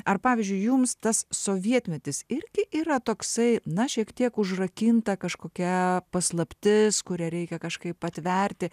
ar pavyzdžiui jums tas sovietmetis irgi yra toksai na šiek tiek užrakinta kažkokia paslaptis kurią reikia kažkaip atverti